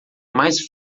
mais